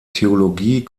theologie